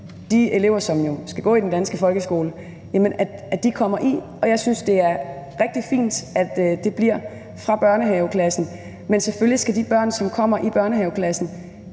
de elever, som skal gå der, kommer i, og jeg synes, det er rigtig fint, at det bliver fra børnehaveklassen. Men selvfølgelig skal de børn, som kommer i børnehaveklassen,